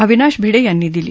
अविनाश भिडे यांनी दिली